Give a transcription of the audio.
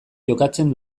jokatzen